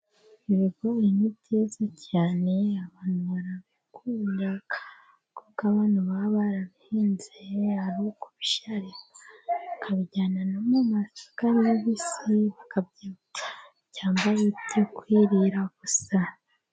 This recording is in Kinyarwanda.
Ibigori ni byiza cyane, abantu barabikunda kuko abantu baba barabihinze, ari ukubisharitsa, bakabijyana no mu masoko ari bibisi bakabyotsa cyangwa ari ibyo kwirira gusa.